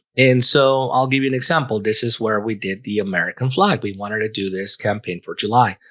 and so i'll give you an example. this is where we did the american flag. we wanted to do this campaign for july